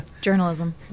journalism